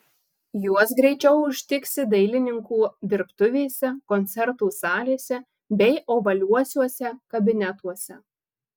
juos greičiau užtiksi dailininkų dirbtuvėse koncertų salėse bei ovaliuosiuose kabinetuose